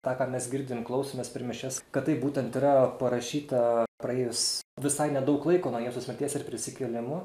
tą ką mes girdim klausomės per mišias kad tai būtent yra parašyta praėjus visai nedaug laiko nuo jėzaus mirties ir prisikėlimo